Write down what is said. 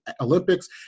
Olympics